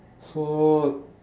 so